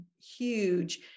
huge